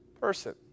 person